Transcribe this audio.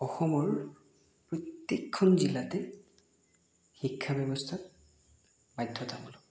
অসমৰ প্ৰত্যেকখন জিলাতে শিক্ষাব্যৱস্থাত বাধ্যতামূলক